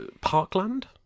Parkland